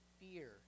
fear